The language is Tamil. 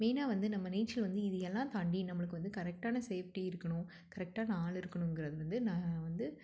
மெய்னாக வந்து நம்ம நீச்சல் வந்து இது எல்லாம் தாண்டி நம்மளுக்கு வந்து கரெக்டான சேஃப்ட்டி இருக்கணும் கரெக்டான ஆளு இருக்கணுங்கிறது வந்து நான் வந்து